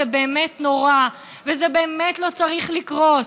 זה באמת נורא וזה באמת לא צריך לקרות.